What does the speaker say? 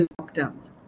lockdowns